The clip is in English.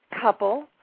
couple